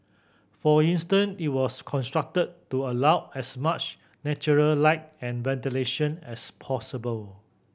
for instance it was constructed to allow as much natural light and ventilation as possible